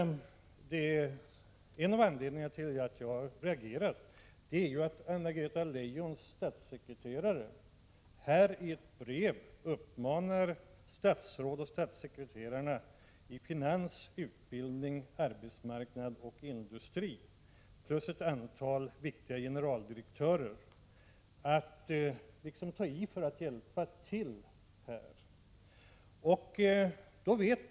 En av anledningarna till att jag reagerade är att Anna-Greta Leijons statssekreterare i ett brev uppmanat statsråd och statssekreterare i finans-, utbildnings-, arbetsmarknadsoch industridepartementet plus ett antal viktiga generaldirektörer att ta i för att hjälpa till att rekrytera tekniker från övriga landet.